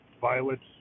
violets